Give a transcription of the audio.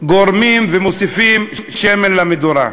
גורם הוספת שמן למדורה.